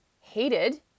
hated